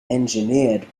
engineered